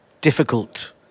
difficult